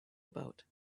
about